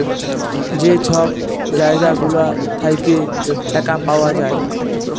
যে ছব জায়গা গুলা থ্যাইকে টাকা পাউয়া যায়